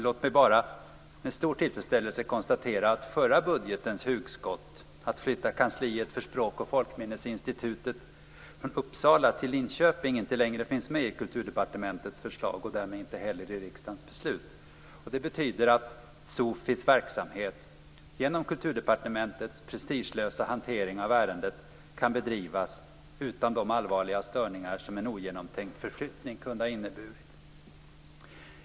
Låt mig bara med stor tillfredsställelse konstatera att förra budgetens hugskott att flytta kansliet för Språk och folkminnesinstitutet från Uppsala till Linköping inte längre finns med i Kulturdepartementets förslag och därmed inte heller i riksdagens beslut. Det betyder att SOFI:s verksamhet, genom Kulturdepartementets prestigelösa hantering av ärendet, kan bedrivas utan de allvarliga störningar som en ogenomtänkt förflyttning kunde ha inneburit.